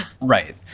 right